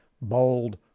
bold